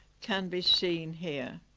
can be seen here